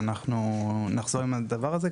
ואנחנו נחזור עם הדבר הזה.